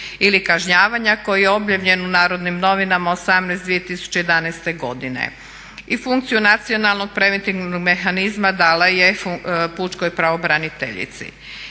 ili kažnjavanja koji je objavljen u Narodnim novinama 18/2011.godine i funkciju nacionalnog preventivnog mehanizma dala je pučkoj pravobraniteljici.